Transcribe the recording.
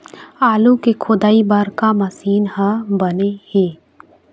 आलू के खोदाई बर का मशीन हर बने ये?